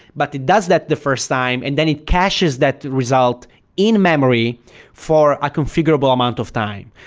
but it does that the first time and then it caches that result in-memory for a configurable amount of time,